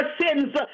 sins